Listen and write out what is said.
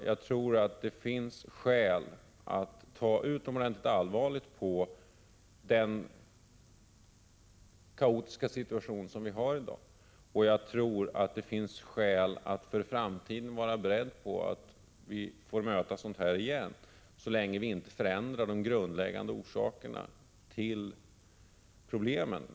Jag tror att det finns skäl att se utomordentligt allvarligt på den kaotiska situation vi har fått och att det också finns skäl att för framtiden vara beredd på att vi får möta sådant igen — så länge vi inte förändrar de grundläggande orsakerna till problemen.